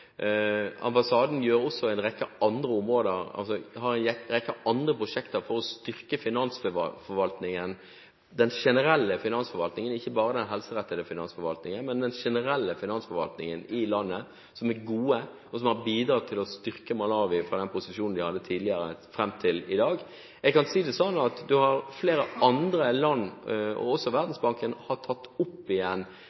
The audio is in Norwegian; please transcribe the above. har også en rekke andre prosjekter for å styrke finansforvaltningen, den generelle finansforvaltningen – ikke bare den helserettede finansforvaltningen, men den generelle finansforvaltningen – i landet, som er god, og som har bidratt til å styrke Malawi fra den posisjonen de hadde tidligere og fram til i dag. Jeg kan si det slik at det er flere andre land – og også